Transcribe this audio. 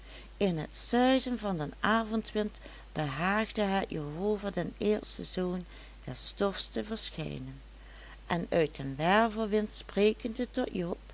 in het suizen van den avondwind behaagde het jehova den eersten zoon des stofs te verschijnen en uit den wervelwind sprekende tot